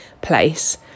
place